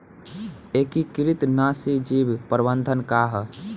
एकीकृत नाशी जीव प्रबंधन का ह?